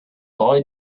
boy